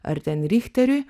ar ten richteriui